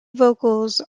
vocals